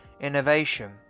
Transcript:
innovation